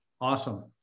Awesome